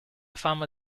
fama